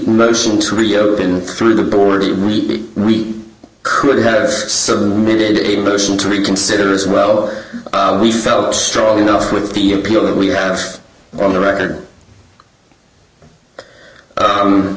motion to reopen through the board we could have submitted a motion to reconsider as well we felt strongly enough with the appeal that we have on the record